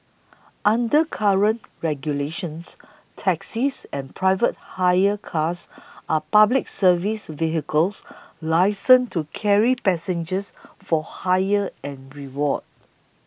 under current regulations taxis and private hire cars are Public Service vehicles licensed to carry passengers for hire and reward